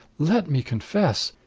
let me confess!